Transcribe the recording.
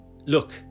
look